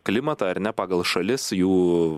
klimatą ar ne pagal šalis jų